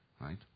right